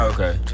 Okay